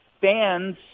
fans